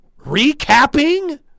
recapping